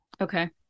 Okay